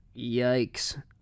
Yikes